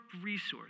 resource